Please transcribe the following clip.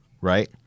Right